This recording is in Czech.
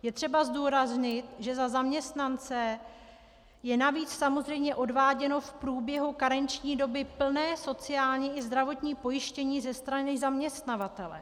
Je třeba zdůraznit, že za zaměstnance je navíc samozřejmě odváděno v průběhu karenční doby plné sociální i zdravotní pojištění ze strany zaměstnavatele.